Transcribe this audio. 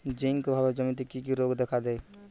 Zinc অভাবে জমিতে কি কি রোগ দেখাদেয়?